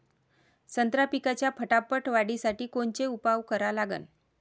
संत्रा पिकाच्या फटाफट वाढीसाठी कोनचे उपाव करा लागन?